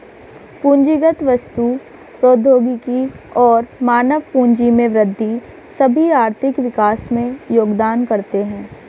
पूंजीगत वस्तु, प्रौद्योगिकी और मानव पूंजी में वृद्धि सभी आर्थिक विकास में योगदान करते है